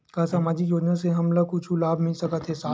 का सामाजिक योजना से हमन ला कुछु लाभ मिल सकत हे?